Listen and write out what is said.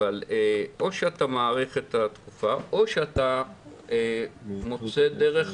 אבל או שאתה מאריך את התקופה או שאתה מוצא דרך,